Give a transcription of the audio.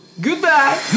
goodbye